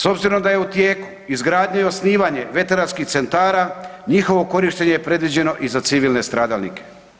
S obzirom da je u tijeku izgradnja i osnivanje veteranskih centara, njihovo korištenje je predviđeno i za civilne stradalnike.